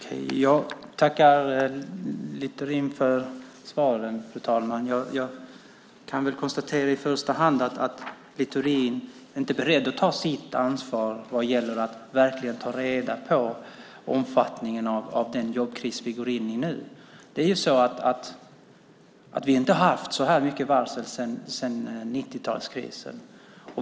Fru talman! Jag tackar Littorin för svaren. Jag kan konstatera att Littorin inte är beredd att ta sitt ansvar för att verkligen ta reda på omfattningen av den jobbkris som vi går in i nu. Vi har inte haft så här många varsel sedan 90-talskrisen.